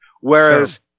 Whereas